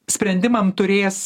sprendimam turės